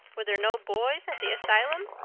were there no boys at the asylum?